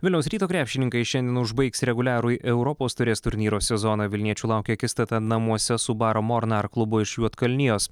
vilniaus ryto krepšininkai šiandien užbaigs reguliarųjį europos taurės turnyro sezoną vilniečių laukia akistata namuose su baro mornar klubu iš juodkalnijos